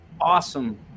awesome